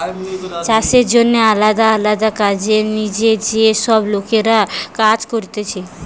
চাষের জন্যে আলদা আলদা কাজের জিনে যে সব লোকরা কাজ করতিছে